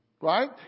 Right